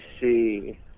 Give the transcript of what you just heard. see